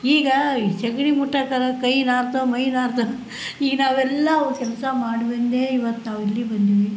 ಈಗ ಈ ಸಗ್ಣಿ ಮುಟ್ಟಕ್ಕಾರು ಕೈ ನಾರ್ತವೆ ಮೈ ನಾರ್ತವೆ ಈಗ ನಾವೆಲ್ಲ ಅವು ಕೆಲಸ ಮಾಡಿಬಂದೇ ಇವತ್ತು ನಾವು ಇಲ್ಲಿ ಬಂದೀವಿ